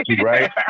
right